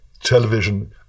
Television